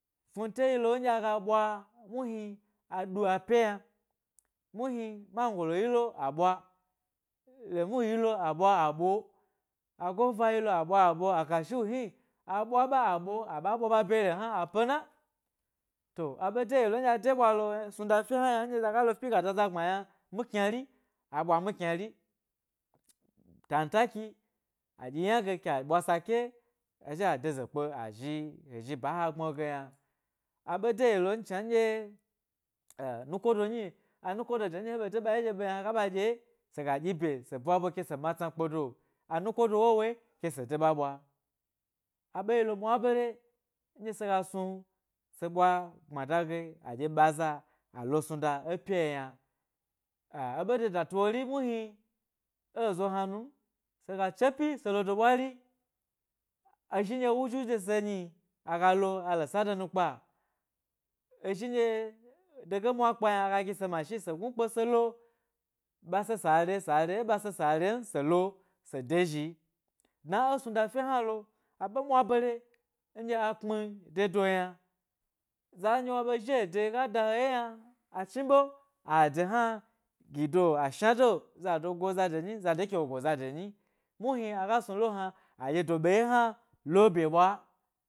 Fnunte yilo nɗye aga ɓwa mulni aɗu a pe yna, muhni mangolo yito remu yilo aɓwa aɓo, agova yilo aɓwa aɓo a kashiwu hni, aɓwa ɓa a ɓo aɓa ɓwa ɓa byere hna a pena to aɓe deyilo nɗye a de ɓwa lo snuda fye hna yna nɗye zaga lo pyi ga da zna gbma yna, mi kynari, aɓwa mi kynari tantaki a ɗyi yna ge ke a ɓwa sake a zhi a deze kpe azhi he zhi ba ha gbmi ge yna. Aɓe deyilo, shna nɗyo eh nuko do nyianuko de nɗye he ɓe de ɓa ye ɗye ɓem yna he gaɓa ɗye se ga ɗyi bye se ɓwa ɓwe ke matsna kpedo, anukodo wowo ee ke se de ɓa ɓwa, a ɓe yilo mwa bane ndye se ga snu se ɓwa gbmada ge aɗye ɓaza a lo snuda epyi yna, ɓe de da tuwori muhni, ezo hna num sega chopyi selodo bwari ezhi nɗye wujuju de se nyi aga lo ale sado nukpa ezhi nɗye dege mwakpa yna aga gise mashi se gnukpe selo, ɓa se sare, sare e ɓa sė sė rem, belo be de zhi dna esnuda fye hna lo aɓe mwa bare ndye a kpmi dedo yna za nɗye wa ɓe zhi edo gada ho ye yna achni ɓe a ede hna gido a shna do zado go zade nyi zade kewo ko zade nyi muhni aga snulo hna aɗye do ɓe hna lo bye ɓwa.